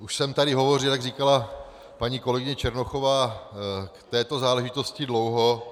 Už jsem tady hovořil, jak říkala paní kolegyně Černochová, k této záležitosti dlouho.